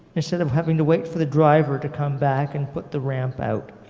instead of having to wait for the driver to come back and put the ramp out.